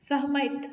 सहमति